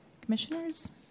Commissioners